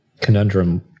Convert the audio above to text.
conundrum –